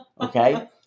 Okay